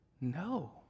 No